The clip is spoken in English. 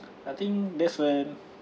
I think that's when